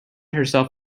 herself